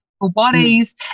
bodies